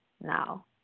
now